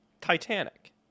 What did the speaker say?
Titanic